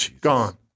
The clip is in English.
gone